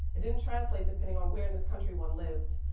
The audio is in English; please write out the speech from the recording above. it didn't translate depending on where in this country one lived.